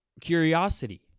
curiosity